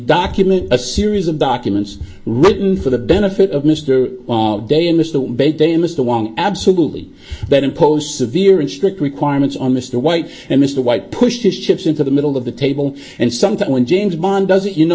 document a series of documents written for the benefit of mr de in this the day in this the one absolutely but imposed severe and strict requirements on mr white and mr white pushed his chips into the middle of the table and sometimes when james bond does it you know